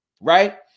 right